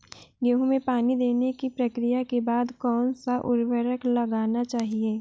गेहूँ में पानी देने की प्रक्रिया के बाद कौन सा उर्वरक लगाना चाहिए?